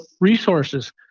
resources